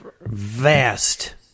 vast